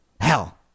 Hell